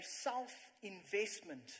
self-investment